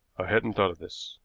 i hadn't thought of this.